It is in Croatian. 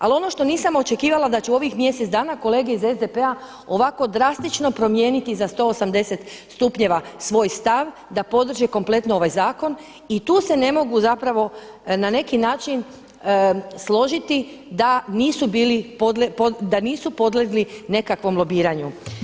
Ali ono što nisam očekivala da će u ovih mjesec dana kolege iz SDP-a ovako drastično promijeniti za 180 stupnjeva svoj stav da podrže kompletno ovaj zakon i tu se ne mogu na neki način složiti da nisu podlegli nekakvom lobiranju.